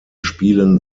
spielen